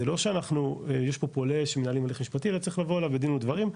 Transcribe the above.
זה לא שיש פה פולש על רכש פרטי וצריך לבוא אליו בדין ודברים,